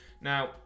Now